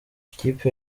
ikipe